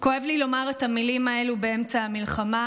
לומר את המילים האלה באמצע המלחמה,